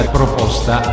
proposta